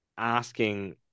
Asking